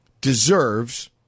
deserves